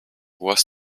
was